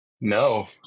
no